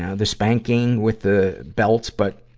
ah the spanking with the belts, but,